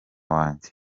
wanjye